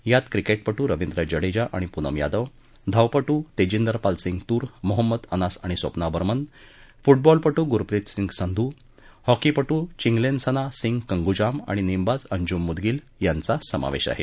यात क्रिकेटपटू रविंद्र जडेजा आणि पूनम यादव धावपटू तेजिंदर पालसिंग तूर मोहम्मद अनास आणि स्वप्ना बर्मन फुटबॉलपटू गुरप्रित सिंग संधू हॉकीपटू चिंगलेनसना सिंग कंगूजाम आणि नेमबाज अंजूम मुदगिल यांचा समावेश आहे